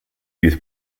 youth